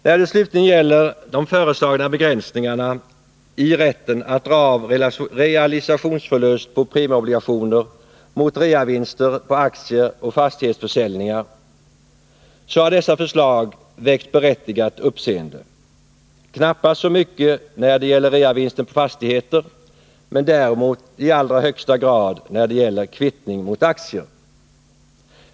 När det slutligen gäller de föreslagna begränsningarna i rätten att dra av realisationsförluster på premieobligationer mot realisationsvinster på aktieoch fastighetsförsäljningar har dessa förslag väckt berättigat uppseende, knappast så mycket i fråga om realisationsvinsten på fastigheter, men däremot i allra högsta grad när det gäller kvittning mot aktier.